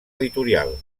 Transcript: editorial